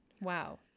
wow